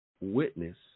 witness